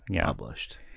published